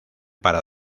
para